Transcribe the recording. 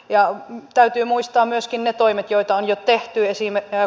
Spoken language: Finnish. ja täytyy muistaa myöskin ne toimet joita on jo tehty esimerkiksi